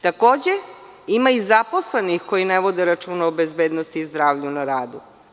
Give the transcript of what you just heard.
Takođe, ima i zaposlenih koji ne vode računa o bezbednosti i zdravlju na radu.